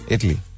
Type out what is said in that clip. Italy